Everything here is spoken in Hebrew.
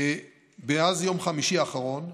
מאז יום חמישי האחרון,